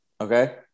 Okay